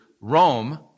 Rome